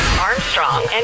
Armstrong